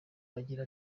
agira